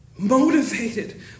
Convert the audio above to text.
Motivated